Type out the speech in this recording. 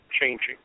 changing